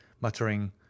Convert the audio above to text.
muttering